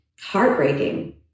heartbreaking